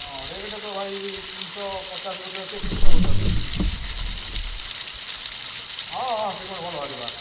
ହଁ ରେଟ୍ ତ ଭାଇ ତିନିଶହ ପଚାଶ ଗୋଟେ ଅଛି ତିନିଶହ ଗୁଟେ ଅଛି ହଁ ହଁ ଶିମିଳି ଭଲ ବାହାରିବା